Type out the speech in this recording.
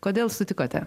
kodėl sutikote